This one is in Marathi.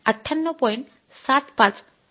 ७५ म्हणून येईल